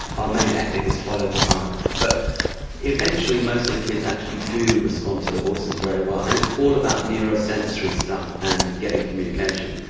our main ethic is follow the child. but eventually most of the kids actually do respond to the horses very well, and it's all about neuro-sensory stuff and getting communication.